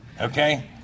okay